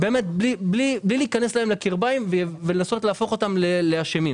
באמת בלי להיכנס להם לקרביים ולנסות להפוך אותם לאשמים.